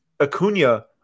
Acuna